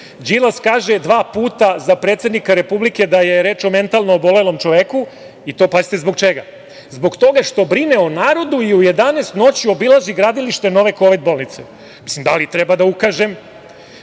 Đilas kaže dva puta za predsednika Republike da je reč o mentalno obolelom čoveku, i to pazite zbog čega - zbog toga što brine o narodu i u 11.00 sati noću obilazi gradilište nove kovid bolnice. Da li treba da ukažem